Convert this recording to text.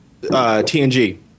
TNG